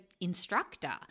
instructor